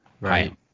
Right